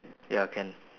ya can